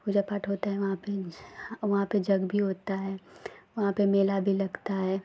पूजा पाठ होता है वहाँ फिर वहाँ पर यज्ञ भी होता है वहाँ पर मेला भी लगता है